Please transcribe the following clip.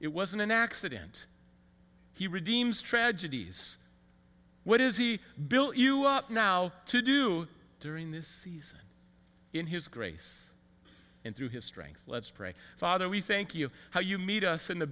it wasn't an accident he redeemed strategies what is he bill you up now to do during this season in his grace and through his strength let's pray father we thank you how you meet us in the